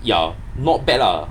ya not bad lah